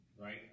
Right